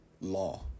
law